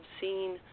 seen